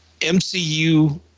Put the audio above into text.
MCU